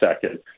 second